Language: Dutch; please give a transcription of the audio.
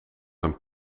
een